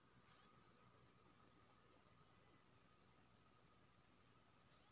हम अपन गुलदाबरी के फूल सो वृद्धि केना करिये सकेत छी?